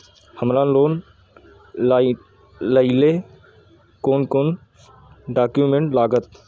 हमरा लोन लाइले कोन कोन डॉक्यूमेंट लागत?